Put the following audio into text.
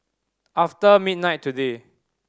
after midnight today